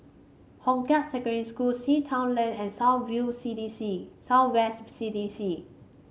Hong Kah Secondary School Sea Town Lane and South View C D C South West C D C